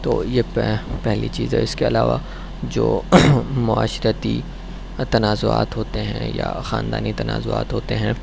تو یہ پہلی چیز ہے اس کے علاوہ جو معاشرتی تنازعات ہوتے ہیں یا خاندانی تنازعات ہو تے ہیں